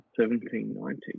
1790